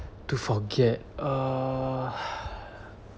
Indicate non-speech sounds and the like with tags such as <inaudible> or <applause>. to forget err <breath>